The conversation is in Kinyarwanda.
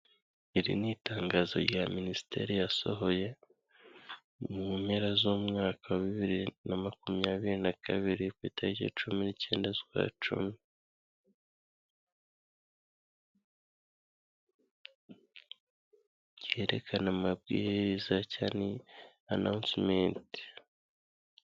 Iri ni itangazo rya minisiteri yasohoye mu mpera z'umwaka wa bibiri na makumyabiri na kabiri ku itariki cumi n'ikenda z'ukwa cumi, ryerekana amabwiriza cyangwa ni annoncement.